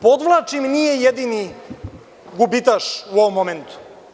Podvlačim, nije jedini gubitaš u ovom momentu.